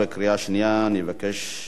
אני אבקש מהיושב-ראש,